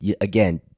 again